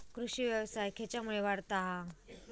कृषीव्यवसाय खेच्यामुळे वाढता हा?